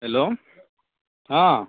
hello অ'